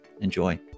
enjoy